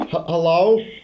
hello